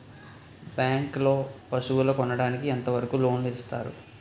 Bank లో పశువుల కొనడానికి ఎంత వరకు లోన్ లు ఇస్తారు?